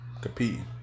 competing